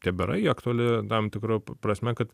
tebėra ji aktuali tam tikra prasme kad